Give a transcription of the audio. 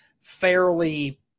fairly